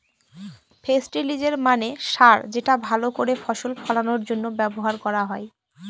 ফেস্টিলিজের মানে সার যেটা ভাল করে ফসল ফলানোর জন্য ব্যবহার করা হয়